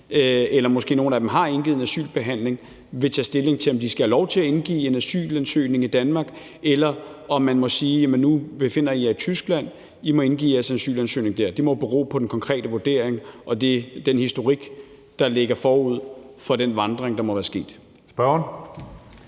– nogle af dem har måske indgivet en asylansøgning – skal have lov til at indgive en asylansøgning i Danmark, eller om man må sige: Nu befinder I jer i Tyskland, så I må indgive jeres asylansøgning dér. Det må bero på en konkrete vurdering og den historik, der ligger forud for den vandring, der må være sket. Kl.